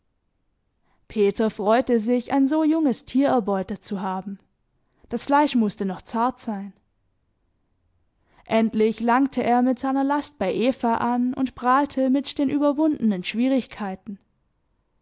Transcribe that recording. peter freute sich ein so junges tier erbeutet zu haben das fleisch mußte noch zart sein endlich langte er mit seiner last bei eva an und prahlte mit den überwundenen schwierigkeiten